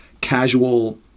casual